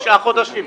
תשעה חודשים.